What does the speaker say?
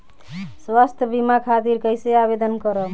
स्वास्थ्य बीमा खातिर कईसे आवेदन करम?